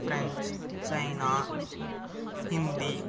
French China hindi